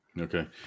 Okay